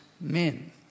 men